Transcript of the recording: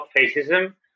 fascism